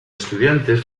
estudiantes